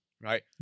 Right